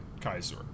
Kaiser